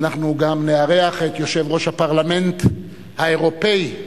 אנחנו נארח את יושב-ראש הפרלמנט האירופי,